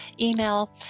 email